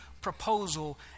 proposal